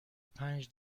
پنج